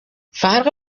فرق